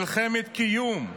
מלחמת קיום.